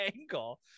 angle